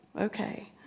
okay